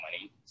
money